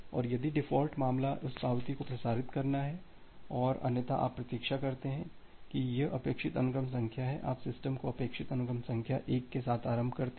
और यदि डिफ़ॉल्ट मामला उस पावती को प्रसारित करना है और अन्यथा आप प्रतीक्षा करते हैं कि यह अपेक्षित अनुक्रम संख्या है आप सिस्टम को अपेक्षित अनुक्रम संख्या 1 के साथ आरंभ करते हैं